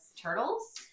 turtles